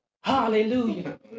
Hallelujah